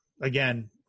Again